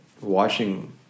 watching